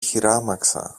χειράμαξα